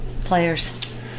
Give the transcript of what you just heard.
players